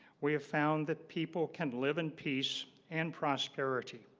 we have found that people can live in peace and prosperity